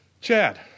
Chad